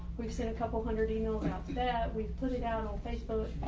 we've sent a couple hundred emails out that we've put it out on facebook,